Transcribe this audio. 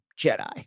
Jedi